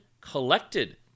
collected